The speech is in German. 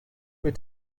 mit